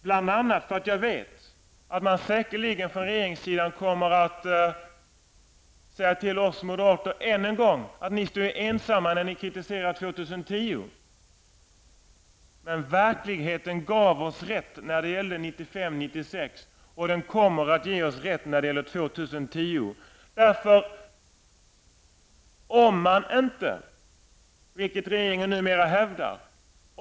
Från regeringens sida kommer man säkerligen att än en gång säga till oss moderater att vi står ensamma när vi kritiserar år 2010. Verkligheten gav oss rätt när det gällde årtalen 1995 och 1996, och den kommer att ge oss rätt när det gäller år 2010.